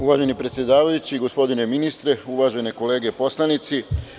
Uvaženi predsedavajući, gospodine ministre, uvažene kolege poslanici.